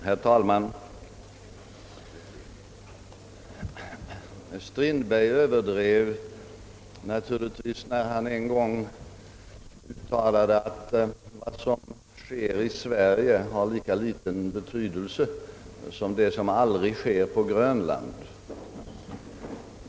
Herr talman! Strindberg överdrev naturligtvis när han en gång uttalade att vad som sker i Sverige har lika liten betydelse som det som inte sker på Grönland.